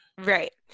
Right